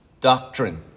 doctrine